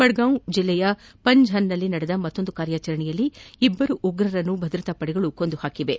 ಬಡ್ಗಾಮ್ ಜಿಲ್ಲೆಯ ಪಂಝಾನ್ನಲ್ಲಿ ನಡೆದ ಮತ್ತೊಂದು ಕಾರ್ಚಾಚರಣೆಯಲ್ಲಿ ಇಬ್ಬರು ಉಗ್ರರನ್ನು ಭದ್ರತಾ ಪಡೆಗಳು ಕೊಂದುಹಾಕಿವೆ